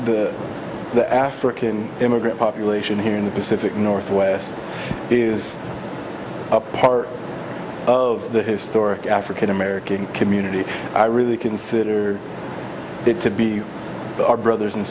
that the african immigrant population here in the pacific northwest is a part of the historic african american community i really consider it to be the brothers and